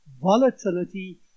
Volatility